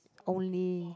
only